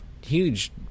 huge